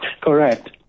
Correct